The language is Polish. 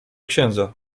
księdza